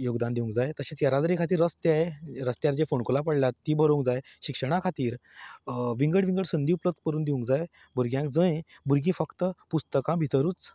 योगदान दिवंक जाय तशेंच येरादारी खातीर रस्ते रस्त्यार जीं फोंडकुलां पडल्यांत तीं भरूंक जाय शिक्षणा खातीर विंगड विंगड संदी उपल्बध्द करून दिवंक जाय भुरग्यांक जंय भुरगीं फक्त पुस्तकां भितरूच